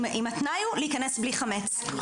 אם התנאי הוא להיכנס בלי חמץ.